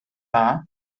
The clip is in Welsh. dda